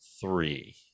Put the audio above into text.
three